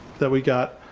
that we got.